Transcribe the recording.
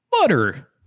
Butter